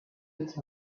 its